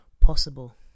possible